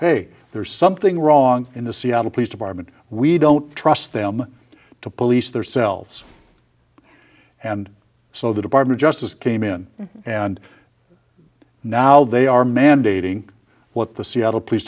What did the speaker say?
hey there's something wrong in the seattle police department we don't trust them to police theirselves and so the department justice came in and now they are mandating what the seattle police